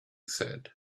said